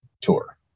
tour